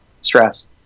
stress